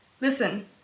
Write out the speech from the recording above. Listen